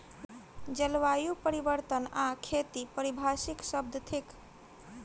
जलवायु परिवर्तन आ खेती पारिभाषिक शब्द थिक